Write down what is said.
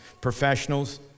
professionals